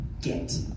get